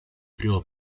primo